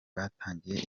batangiye